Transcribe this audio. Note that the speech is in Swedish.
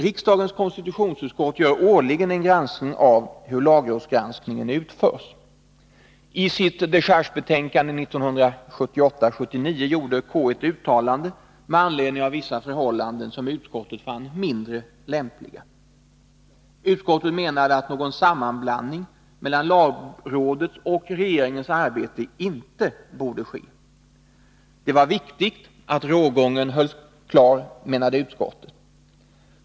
Riksdagens konstitutionsutskott gör årligen en granskning av hur lagrådsgranskningen utförs. I sitt dechargebetänkande 1978/79 gjorde KU ett uttalande med anledning av vissa förhållanden som utskottet fann mindre lämpliga. Utskottet menade att någon sammanblandning mellan lagrådets och regeringens arbete inte borde ske. Det var viktigt att rågången hölls klar, menade utskottet.